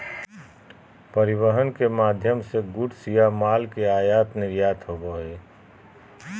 परिवहन के माध्यम से गुड्स या माल के आयात निर्यात होबो हय